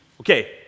Okay